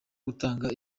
gutanga